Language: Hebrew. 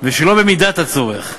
ושלא במידת הצורך.